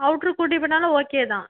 அவுட்ரு கூட்டிட்டு போனாலும் ஓகே தான்